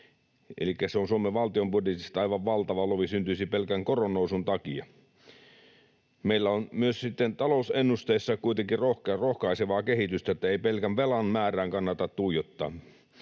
elikkä Suomen valtion budjettiin syntyisi aivan valtava lovi pelkän koron nousun takia. Meillä on talousennusteissa myös kuitenkin rohkaisevaa kehitystä, niin että ei pelkän velan määrään kannata tuijottaa.